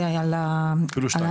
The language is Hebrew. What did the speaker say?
מדברת, זה